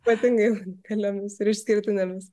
ypatingai unikaliomis ir išskirtinėmis